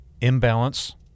Imbalance